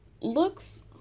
looks